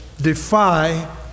defy